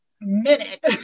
minute